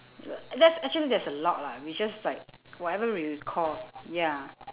that's actually that's a lot lah we just like whatever we recall ya